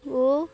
ଓ